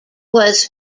was